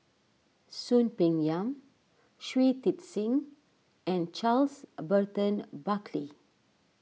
Soon Peng Yam Shui Tit Sing and Charles Burton Buckley